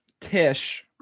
tish